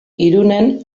irunen